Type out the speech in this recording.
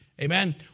Amen